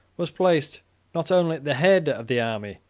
was placed not only at the head of the army,